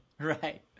Right